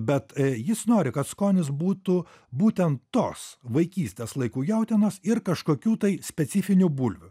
bet jis nori kad skonis būtų būtent tos vaikystės laikų jautienos ir kažkokių tai specifinių bulvių